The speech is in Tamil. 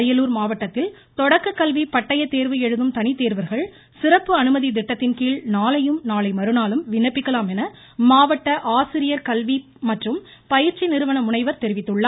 அரியலூர் மாவட்டத்தில் தொடக்க கல்வி பட்டய தேர்வு எழுதும் தனித்தோ்வா்கள் சிறப்பு அனுமதி திட்டத்தின் கீழ் நாளையும் நாளை மறுநாளும் விண்ணப்பிக்கலாம் என மாவட்ட ஆசிரியர் கல்வி மற்றும் பயிற்சி நிறுவன முனைவர் தெரிவித்துள்ளார்